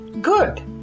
good